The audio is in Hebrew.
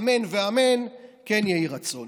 אמן ואמן, כן יהי רצון.